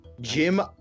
Jim